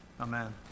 Amen